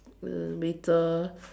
uh Mei-Zhi